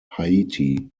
haiti